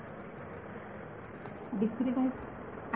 विद्यार्थी डिस्क्रीटाईझड सरासरी